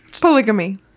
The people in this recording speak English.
Polygamy